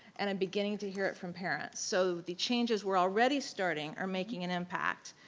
and i'm beginning to hear it from parents. so the changes we're already starting are making an impact.